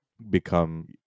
become